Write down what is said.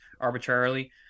arbitrarily